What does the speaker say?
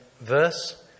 verse